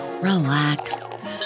relax